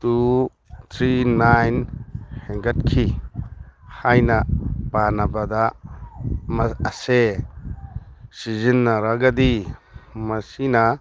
two three nine ꯍꯦꯟꯒꯠꯈꯤ ꯍꯥꯏꯅ ꯄꯥꯅꯕꯗ ꯃꯛ ꯑꯁꯦ ꯁꯤꯖꯤꯟꯅꯔꯒꯗꯤ ꯃꯁꯤꯅ